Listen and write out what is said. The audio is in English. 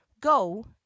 Go